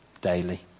daily